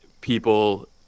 people